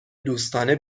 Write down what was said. دوستانه